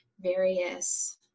various